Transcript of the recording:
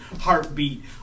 heartbeat